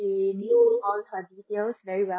~he knew all her details very we~